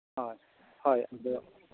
ᱦᱳᱭ ᱦᱳᱭ ᱟᱫᱚ